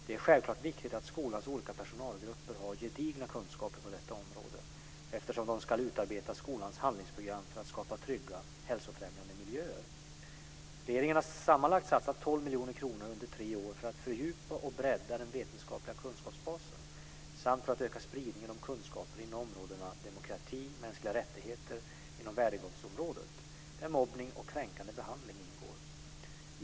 Det är självklart viktigt att skolans olika personalgrupper har gedigna kunskaper på detta område eftersom de ska utarbeta skolans handlingsprogram för att skapa trygga hälsofrämjande miljöer. Regeringen har sammanlagt satsat 12 miljoner kronor under tre år för att fördjupa och bredda den vetenskapliga kunskapsbasen samt för att öka spridningen av kunskaper inom områdena demokrati och mänskliga rättigheter inom värdegrundsområdet, där mobbning och kränkande behandling ingår.